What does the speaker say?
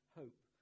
hope